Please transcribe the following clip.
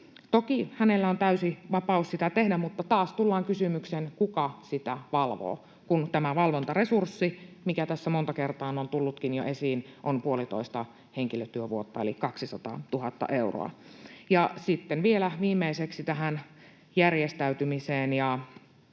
Toki hänellä on täysi vapaus sitä tehdä, mutta taas tullaan kysymykseen, kuka sitä valvoo, kun tämä valvontaresurssi, mikä tässä monta kertaa on jo tullutkin esiin, on puolitoista henkilötyövuotta eli 200 000 euroa. Ja sitten vielä viimeiseksi tähän järjestäytymiseen